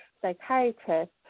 psychiatrist